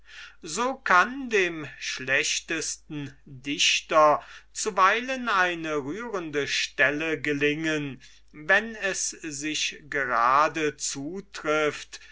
so kann dem schlechtesten dichter zuweilen eine rührende stelle gelingen wenn es sich gerade zutrifft